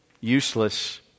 useless